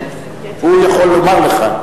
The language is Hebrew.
והוא יכול לומר לך.